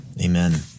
amen